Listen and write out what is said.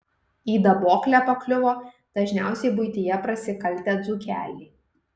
į daboklę pakliuvo dažniausiai buityje prasikaltę dzūkeliai